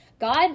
God